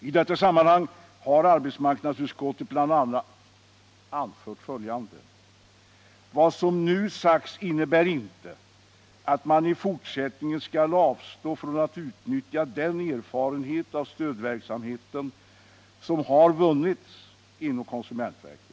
I detta sammanhang har arbetsmarknadsutskottet bl.a. anfört följande: ”Vad nu sagts innebär inte att man i fortsättningen skall avstå från att utnyttja den erfarenhet av stödverksamheten som har vunnits inom konsumentverket.